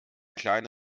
kleine